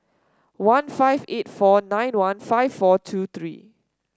one five eight four nine one five four two three